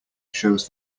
shows